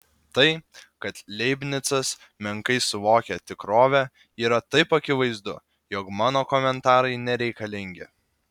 tai kad leibnicas menkai suvokia tikrovę yra taip akivaizdu jog mano komentarai nereikalingi